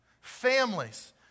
Families